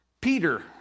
Peter